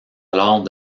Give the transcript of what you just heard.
alors